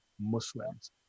Muslims